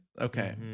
Okay